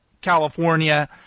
California